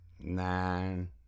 nine